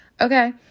okay